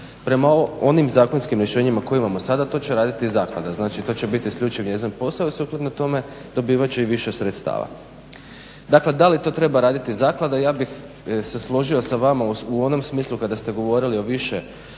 Prema onim zakonskim rješenjima koja imamo sada to će raditi zaklada, znači to će biti isključivo njezin posao i sukladno tome dobivat će i više sredstava. Dakle, da li to treba raditi zaklada, ja bih se složio sa vama u onom smislu kada ste govorili o više načina